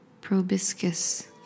proboscis